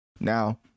Now